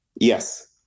Yes